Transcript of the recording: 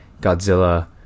Godzilla